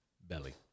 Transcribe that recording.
Belly